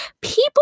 people